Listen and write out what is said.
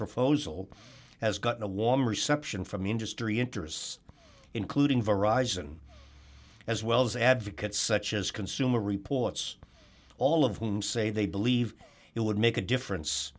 proposal has gotten a warm reception from industry interests including verisign as well as advocates such as consumer reports all of whom say they believe it would make a difference